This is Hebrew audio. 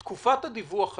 בתקופת הדיווח הזאת,